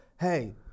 hey